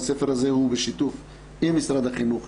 והספר הזה הוא בשיתוף עם משרד החינוך,